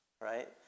right